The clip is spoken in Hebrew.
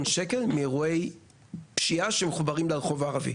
שקלים מאירועי פשיעה שמחוברים לרחוב הערבי.